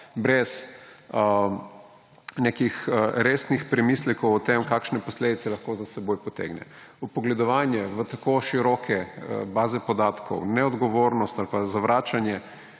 brez nekih resnih premislekov o tem, kakšne posledice lahko za seboj potegnejo. Vpogledovanje v tako široke baze podatkov, neodgovornost ali pa zavračanje